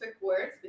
words